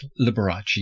Liberace